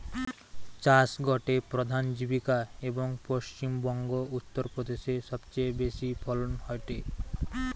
চাষ গটে প্রধান জীবিকা, এবং পশ্চিম বংগো, উত্তর প্রদেশে সবচেয়ে বেশি ফলন হয়টে